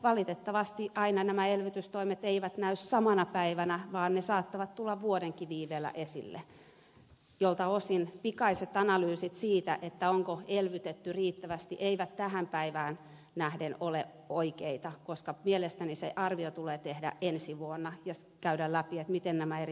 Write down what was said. valitettavasti aina nämä elvytystoimet eivät näy samana päivänä vaan ne saattavat tulla vuodenkin viiveellä esille miltä osin pikaiset analyysit siitä onko elvytetty riittävästi eivät tähän päivään nähden ole oikeita koska mielestäni se arvio tulee tehdä ensi vuonna ja käydä läpi miten nämä eri toimenpiteet ovat toimineet